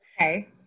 Okay